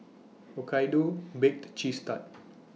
Hokkaido Baked Cheese Tart